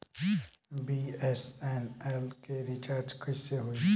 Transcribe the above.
BSNL के recharge कैसे होयी?